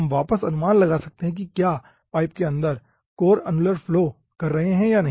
हम वापस अनुमान लगा सकते हैं कि क्या हम पाईप के अंदर कोर अनुलर फ्लो कर रहे हैं या नहीं